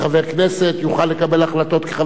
יוכל לקבל החלטות כחבר בממשלה,